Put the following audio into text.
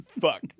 Fuck